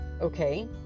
okay